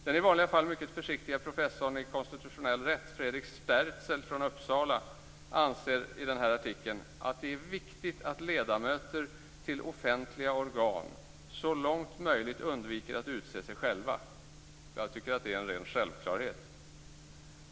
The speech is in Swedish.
Den i vanliga fall mycket försiktiga professorn i konstitutionell rätt Fredrik Sterzel från Uppsala anser i tidningen att det är viktigt att ledamöter till offentliga organ så långt som möjligt undviker att utse sig själva. Jag tycker att det är en ren självklarhet.